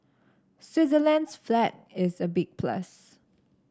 Switzerland's flag is a big plus